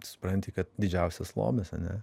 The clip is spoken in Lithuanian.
supranti kad didžiausias lobis ane